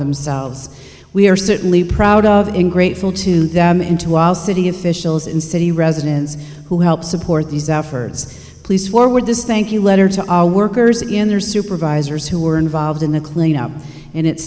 themselves we are certainly proud of in grateful to them into all city officials in city residents who help support these efforts please forward this thank you letter to our workers in their supervisors who were involved in the cleanup and it